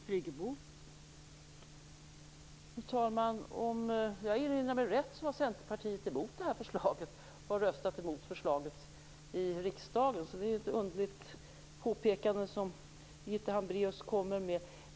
Fru talman! Om jag erinrar mig rätt, var Centerpartiet emot det här förslaget. De har röstat emot förslaget i riksdagen. Därför är det ett litet underligt påpekande som Birgitta Hambraeus kommer med.